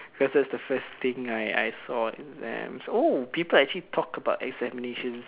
versus the first thing I I saw and then oh people actually talk about examinations